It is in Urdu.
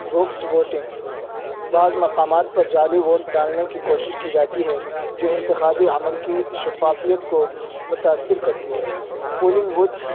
بوکس ووٹنگ بعض مقامات پر جعلی ووٹ ڈالنے کی کوشش کی جاتی ہے جو انتخابی عمل کی شفافیت کو متاثر کرتی ہے پولنگ بوتھ